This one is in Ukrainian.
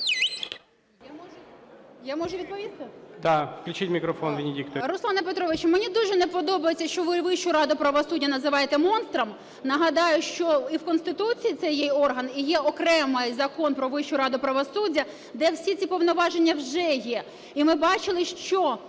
Руслане Петровичу, мені дуже не подобається, що ви Вищу раду правосуддя називаєте монстром. Нагадаю, що і в Конституції цей є орган, і є окремо Закон "Про Вищу раду правосуддя", де всі ці повноваження вже є. І ми бачили, що